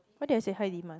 why did I say high demand